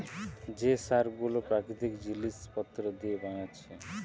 যে সার গুলো প্রাকৃতিক জিলিস পত্র দিয়ে বানাচ্ছে